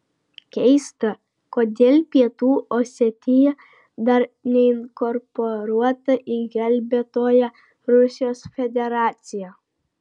keista kodėl pietų osetija dar neinkorporuota į gelbėtoją rusijos federaciją